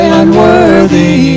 unworthy